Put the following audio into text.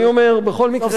אני אומר: בכל מקרה,